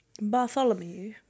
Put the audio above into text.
Bartholomew